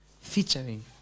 featuring